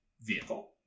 vehicle